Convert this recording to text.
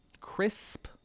crisp